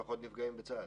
יש פחות נפגעים בצה"ל.